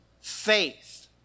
faith